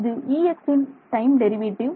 இது Ex இன் time derivative